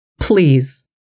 Please